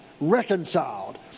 reconciled